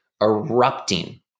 erupting